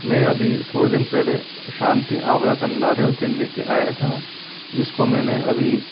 मैं अभी थोड़े दिन पहले शांति अमला का नारियल तेल ले के आया था जिस को मैंने अभी